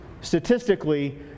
statistically